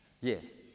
Yes